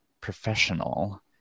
professional